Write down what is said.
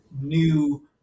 new